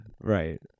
Right